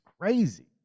crazy